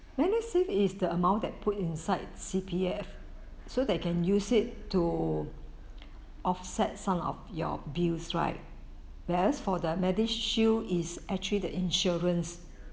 MediSave is the amount that put inside C_P_F so that can use it to offset some of your bills right whereas for the MediShield is actually the insurance